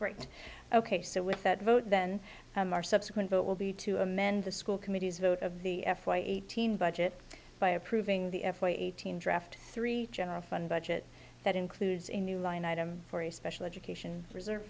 great ok so with that vote then our subsequent vote will be to amend the school committee's vote of the f y eighteen budget by approving the f a eighteen draft three general fund budget that includes a new line item for a special education reserve